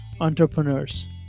entrepreneurs